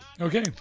Okay